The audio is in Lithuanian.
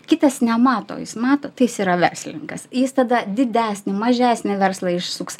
kitas nemato jis mato tai jis yra verslinkas jis tada didesnį mažesnį verslą išsuks